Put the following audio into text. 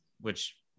which-